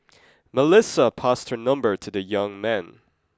Melissa passed her number to the young man